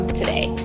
today